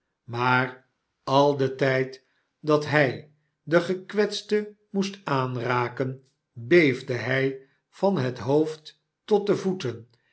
maar al den tijd dat hij den geicwetste moest aanraken beefde hij van het hoofd tot de voeten